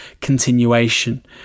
continuation